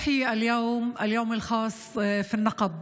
(אומרת דברים בשפה הערבית,